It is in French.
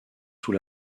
sous